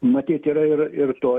matyt yra ir ir to